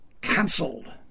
cancelled